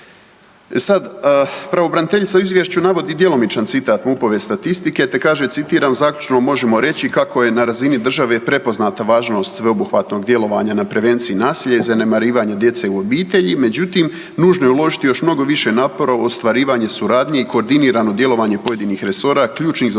sad, pravobraniteljica u izvješću navodi djelomičan citat MUP-ove statistike, te kaže citiram zaključno možemo reći kako je na razini države prepoznata važnost sveobuhvatnog djelovanja na prevenciji nasilja i zanemarivanje djece u obitelji međutim nužno je uložiti još mnogo više napora u ostvarivanje suradnje i koordinirano djelovanje pojedinih resora ključnih za